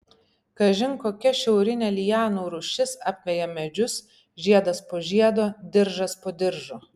kažin kokia šiaurinė lianų rūšis apveja medžius žiedas po žiedo diržas po diržo